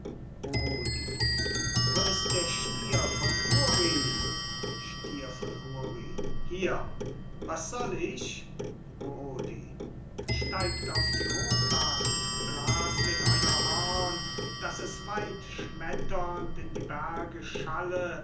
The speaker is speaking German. wo ist der stier von uri stier von uri hier was soll ich ruodi steigt auf die hochwacht blast in euer horn dass es weitschmetternd in die berge schalle